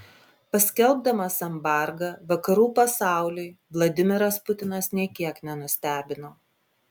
paskelbdamas embargą vakarų pasauliui vladimiras putinas nė kiek nenustebino